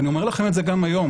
ואני אומר לכם את זה גם היום,